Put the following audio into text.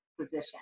position